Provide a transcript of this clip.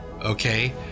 okay